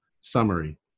Summary